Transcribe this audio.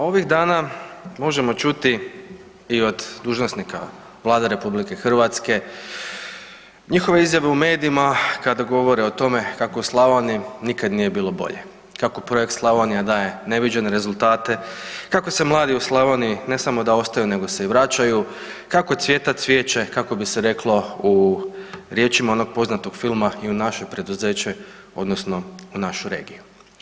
Ovih dana možemo čuti i od dužnosnika Vlade RH njihove izjave u medijima kada govore o tome kako u Slavoniji nikad nije bilo bolje, kako projekt Slavonija daje neviđene rezultate, kako se mladi u Slavoniji ne samo da ostaju nego se i vraćaju, kako cvjeta cvijeće, kako bi se reklo u riječima onog poznatog filma i u naše preduzeće, odnosno u našu regiju.